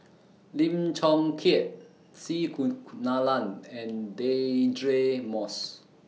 Lim Chong Keat C Kunalan and Deirdre Moss